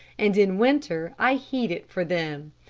and in winter i heat it for them.